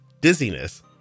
dizziness